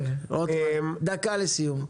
כן, דקה לסיום.